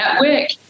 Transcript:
network